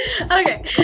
Okay